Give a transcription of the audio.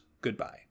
Goodbye